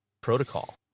protocol